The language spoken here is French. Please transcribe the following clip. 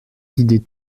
vider